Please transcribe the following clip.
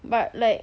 but like